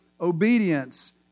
obedience